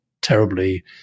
Terribly